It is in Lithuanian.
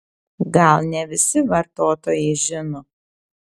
gal ne visi vartotojai žino